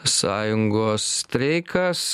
sąjungos streikas